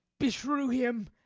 be shrew him!